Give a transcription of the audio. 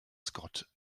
scott